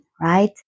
right